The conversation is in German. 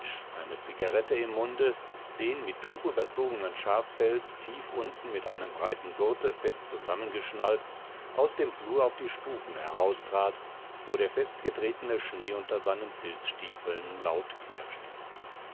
eine zigarette im munde den mit tuch überzogenen schafpelz tief unten mit einem breiten gurte fest zusammengeschnallt aus dem flur auf die stufen heraustrat wo der festgetretene schnee unter seinen filzstiefeln laut knirschte